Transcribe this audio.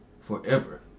forever